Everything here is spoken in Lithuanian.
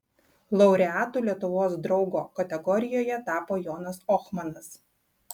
laureatu lietuvos draugo kategorijoje tapo jonas ohmanas